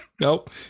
Nope